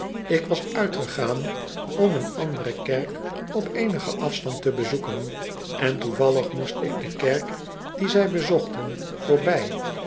ik was uitgegaan om een andere kerk op eenigen afstand te bezoeken en toevallig moest ik de kerk die zij bezochten voorbij